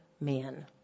men